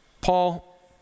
Paul